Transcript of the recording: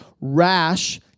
rash